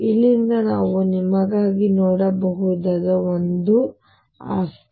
ಆದ್ದರಿಂದ ಇಲ್ಲಿಂದ ನಾವು ನಿಮಗಾಗಿ ನೋಡಬಹುದಾದ ಒಂದು ಆಸ್ತಿ